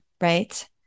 right